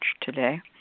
today